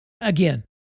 Again